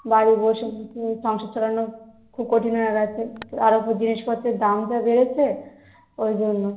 বাড়ি বসে ওই পাঁচশো খুব কঠিন হয়ে গেছে তার ওপর জিনিসপত্রের দাম যা বেড়েছে ওই জন্যে